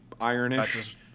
ironish